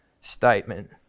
statement